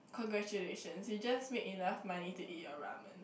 congratulation you just made enough money to eat your ramen